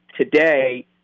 today